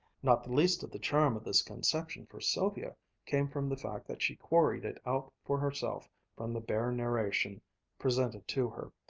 not the least of the charm of this conception for sylvia came from the fact that she quarried it out for herself from the bare narration presented to her,